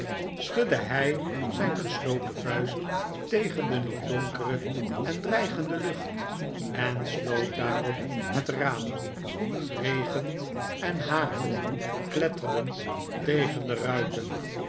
schudde hij zijn gesloten vuist tegen de nog donkere en dreigende lucht en sloot daarop het raam regen en hagel kletterden tegen de ruiten